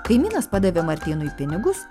kaimynas padavė martynui pinigus